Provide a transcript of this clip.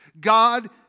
God